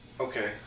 okay